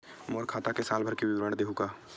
मोर खाता के साल भर के विवरण देहू का?